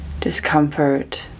discomfort